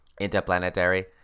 Interplanetary